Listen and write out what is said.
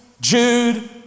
Jude